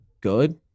good